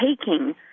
taking